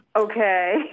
Okay